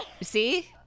See